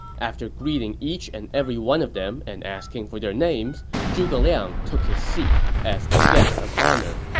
after greeting each and every one of them and asking for their names, zhuge liang took his seat as the guest of honor.